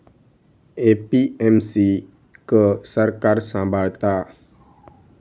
APMC क सरकार सांभाळता